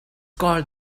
called